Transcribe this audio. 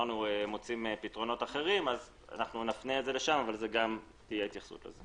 מוצאים פתרונות אחרים ואנחנו נפנה את זה לשם ותהיה לזה התייחסות.